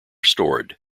stored